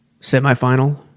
semifinal